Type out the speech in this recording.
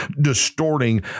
distorting